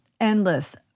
endless